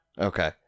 Okay